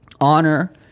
Honor